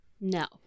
No